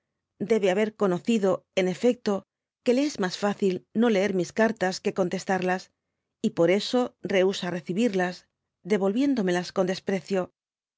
debe haber conocido en efecto que le es mas fácil no leer mis cartas que contestarlas y por eso reusa recibirlas deyolyiendomelas con desprecio